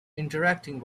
interacting